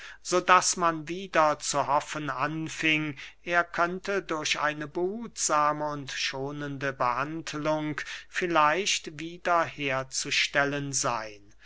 so daß man wieder zu hoffen anfing er könnte durch eine behutsame und schonende behandlung vielleicht wiederherzustellen seyn